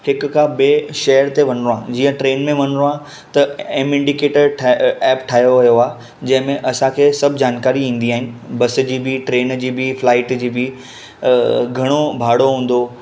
हिकु खां ॿिए शहर ते वञिणो आहे जीअं ट्रैन में वञिणो आहे त एम इनडिकेटर ठा एप ठाहे वियो आहे जंहिं में असांखे सभु जानकारी ईंदी आहिनि बस जी बि ट्रैन जी बि फ़्लाइट जी बि घणो भाड़ो हूंदो